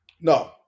No